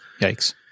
Yikes